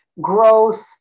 growth